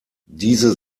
diese